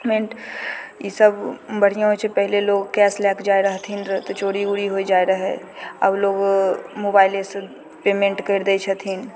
payment ई सब बढ़िआँ होइ छै पहिले लोग लोग कैश लएके जाइ रहथिन रऽ तऽ चोरी उरी होइ जाइ रहय अब लोग मोबाइलेसँ पेमेन्ट करि दै दै छथिन